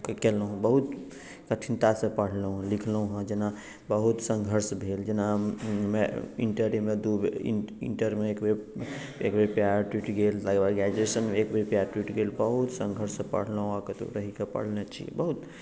केलहुँ बहुत कठिनतासँ पढ़लहुँ लिखलहुँ हेँ जेना बहुत संघर्ष भेल जेना मै इंटरेमे दू बेर इंटरमे एक बेर एक बेर पएर टूटि गेल तकर बाद ग्रैजूएशनमे एक बेर पएर टूटि गेल बहुत संघर्षसँ पढ़लहुँ आ कतहु रहिके पढ़ने छी बहुत